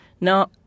Now